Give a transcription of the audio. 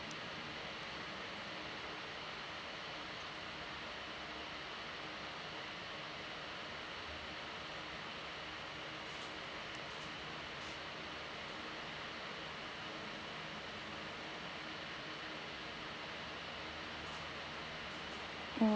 mm